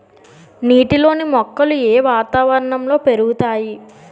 నీటిలోని మొక్కలు ఏ వాతావరణంలో పెరుగుతాయి?